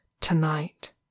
tonight